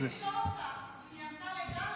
רציתי לשאול אותה אם היא ענתה לגלנט